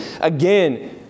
again